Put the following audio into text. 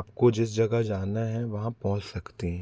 आपको जिस जगह जाना है वहाँ पहुँच सकती हैं